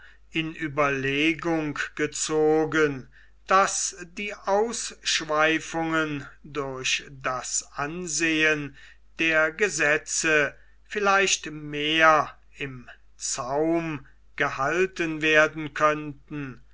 in ueberlegung gezogen daß die ausschweifungen durch das ansehen der gesetze vielleicht mehr im zaum gehalten werden könnten